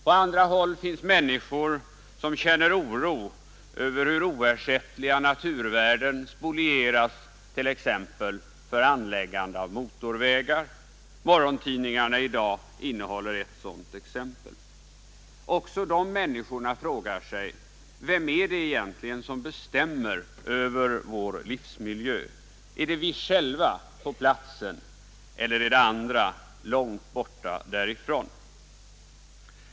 På andra håll finns människor som känner oro över hur oersättliga naturvärden spolieras, t.ex. för anläggande av motorvägar. Morgontidningarna i dag innehåller ett sådant exempel. Också de människorna frågar sig: Vem är det egentligen som bestämmer över vår livsmiljö? Är det vi själva på platsen, eller är det andra långt borta därifrån?